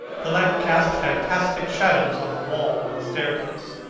the lamp cast fantastic shadows on the wall and staircase.